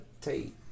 take